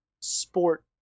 sport